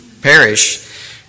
perish